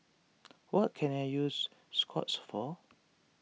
what can I use Scott's for